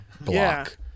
block